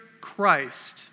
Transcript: Christ